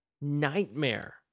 nightmare